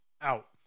out